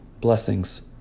Blessings